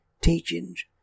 teachings